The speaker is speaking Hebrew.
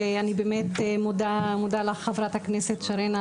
אני באמת מודה לך חברת הכנסת שרן,